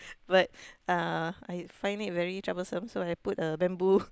but uh I find it very troublesome so I put a bamboo